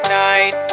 night